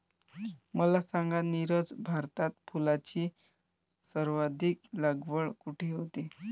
मला सांगा नीरज, भारतात फुलांची सर्वाधिक लागवड कुठे होते?